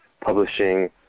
publishing